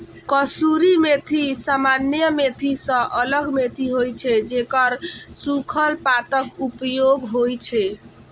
कसूरी मेथी सामान्य मेथी सं अलग मेथी होइ छै, जेकर सूखल पातक उपयोग होइ छै